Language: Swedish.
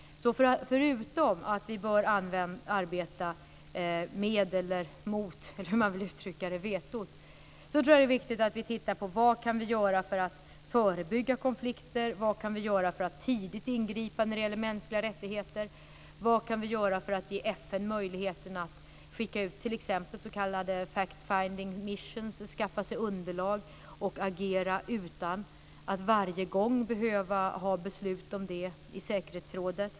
Förutom att vi bör arbeta med eller mot, eller hur man nu vill uttrycka det, vetot tror jag att det är viktigt att vi tittar på vad vi kan göra för att förebygga konflikter. Vad kan vi göra för att tidigt ingripa när det gäller mänskliga rättigheter? Vad kan vi göra för att ge FN möjligheter att skicka ut t.ex. s.k. fact-finding missions, skaffa sig underlag och agera utan att varje gång behöva ha ett beslut om det i säkerhetsrådet?